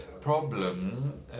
problem